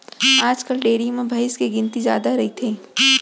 आजकाल डेयरी म भईंस के गिनती जादा रइथे